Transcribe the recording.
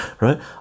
right